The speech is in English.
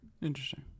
Interesting